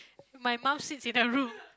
my mum sits in a room